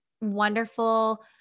wonderful